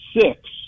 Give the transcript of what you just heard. six